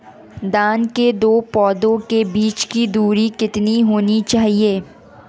धान के दो पौधों के बीच की दूरी कितनी होनी चाहिए?